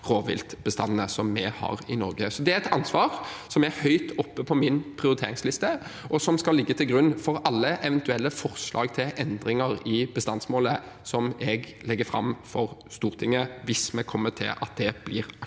rovviltbestandene. Det er et ansvar som er høyt oppe på min prioriteringsliste, og det skal ligge til grunn for alle eventuelle forslag til endringer i bestandsmålet som jeg legger fram for Stortinget, hvis vi kommer til at det blir aktuelt.